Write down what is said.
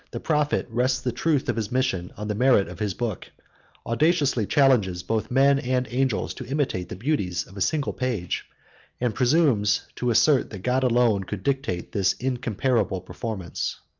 the prophet rests the truth of his mission on the merit of his book audaciously challenges both men and angels to imitate the beauties of a single page and presumes to assert that god alone could dictate this incomparable performance.